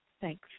Thanks